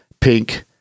pink